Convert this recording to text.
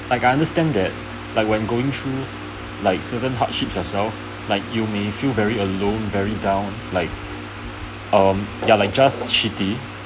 like I understand that like when going through like certain hardship as well like you may feel very alone very down like um ya like just shitty